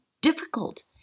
difficult